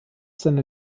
seiner